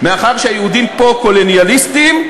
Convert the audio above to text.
מאחר שהיהודים פה קולוניאליסטים,